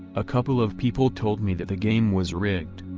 a couple of people told me that the game was rigged.